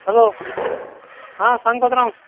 hello आं सांग पात्रांव